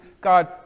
God